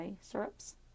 syrups